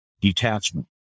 detachment